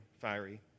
fiery